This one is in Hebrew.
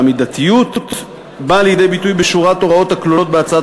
והמידתיות באה לידי ביטוי בשורת הוראות הכלולות בהצעת